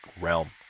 realm